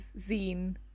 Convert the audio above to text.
zine